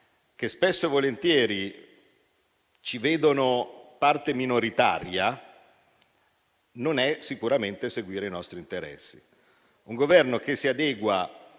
che spesso e volentieri ci vedono parte minoritaria, non segue sicuramente i nostri interessi. Un Governo che si adegua